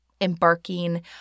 embarking